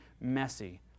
messy